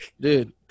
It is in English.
Dude